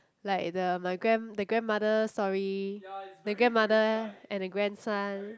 like the my grand the grandmother story the grandmother and the grandson